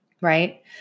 right